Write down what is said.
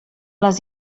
les